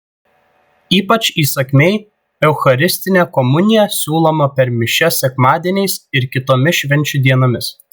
ypač įsakmiai eucharistinė komunija siūloma per mišias sekmadieniais ir kitomis švenčių dienomis